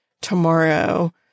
tomorrow